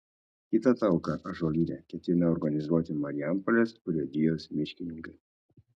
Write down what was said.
kitą talką ąžuolyne ketina organizuoti marijampolės urėdijos miškininkai